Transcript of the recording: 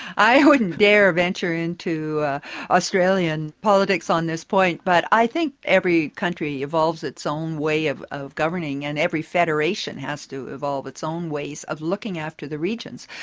i wouldn't dare venture into australian politics on this point, but i think every country evolves its own way of of governing, and every federation has to evolve its own ways of looking after the regions.